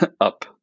up